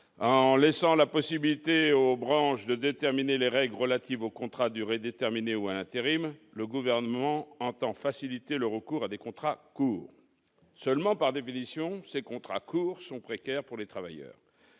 en laissant la possibilité aux branches de déterminer les règles relatives au contrat à durée déterminée ou intérim, le gouvernement entend faciliter le recours à des contrats courts. Seulement, par définition, ces contrats courts sont précaires pour les travailleurs,